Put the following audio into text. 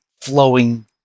flowing